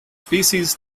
species